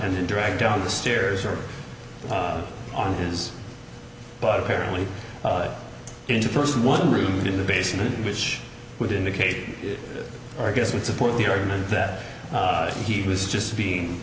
and dragged down the stairs or on his but apparently into first one room in the basement which would indicate or guess would support the argument that he was just being